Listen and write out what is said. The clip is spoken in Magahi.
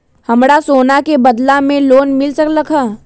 हमरा सोना के बदला में लोन मिल सकलक ह?